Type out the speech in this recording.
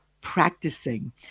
practicing